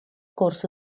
corso